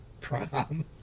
Prom